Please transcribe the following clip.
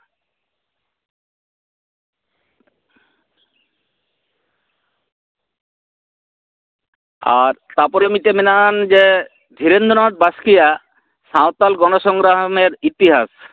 ᱟᱨ ᱛᱟᱯᱚᱨᱮ ᱢᱚᱫᱴᱮᱡ ᱢᱮᱱᱟᱜᱼᱟᱱ ᱡᱮ ᱫᱷᱤᱨᱮᱱᱫᱨᱚᱱᱟᱛᱷ ᱵᱟᱥᱠᱮᱭᱟᱜ ᱥᱟᱶᱛᱟᱞ ᱜᱚᱱᱚᱥᱚᱝᱜᱨᱟᱢᱮᱨ ᱤᱛᱤᱦᱟᱥ